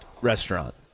restaurant